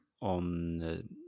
on